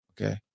Okay